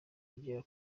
kugera